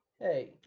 hey